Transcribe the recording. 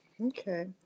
Okay